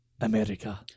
America